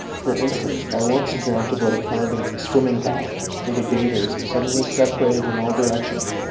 for instance, i once dreamt about a kind of swimming-bath where the bathers suddenly separated in all directions